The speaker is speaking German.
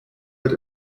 wird